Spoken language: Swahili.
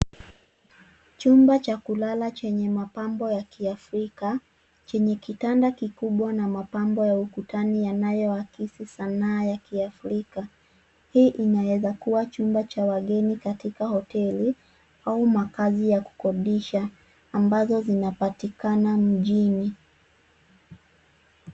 Chumba cha kulala chenye mapambo ya kiafrika, chenye kitanda kikubwa na mapambo ya ukutani yanayoakisi sanaa ya kiafrika. Hii inaweza kuwa chumba cha wageni katika hoteli, au makazi ya kukodisha, ambazo zinapatikana mjini.